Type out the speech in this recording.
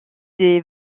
des